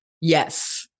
Yes